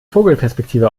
vogelperspektive